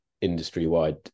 industry-wide